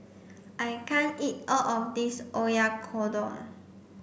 I can't eat all of this Oyakodon